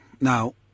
Now